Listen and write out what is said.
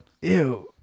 Ew